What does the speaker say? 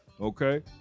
Okay